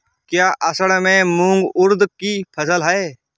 क्या असड़ में मूंग उर्द कि फसल है?